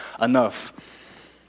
enough